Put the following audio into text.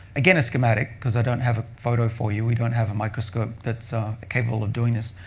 again, a schematic because i don't have a photo for you. we don't have a microscope that's capable of doing this.